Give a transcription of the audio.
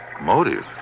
Motive